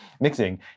mixing